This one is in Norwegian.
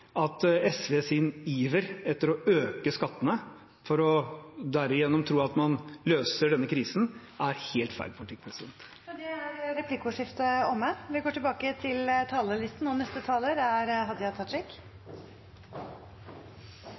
at SVs iver etter å øke skattene, ved derigjennom å tro at man løser denne krisen, er helt feil politikk. Med det er replikkordskiftet omme.